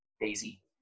Daisy